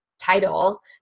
title